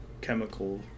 chemical